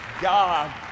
God